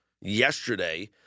yesterday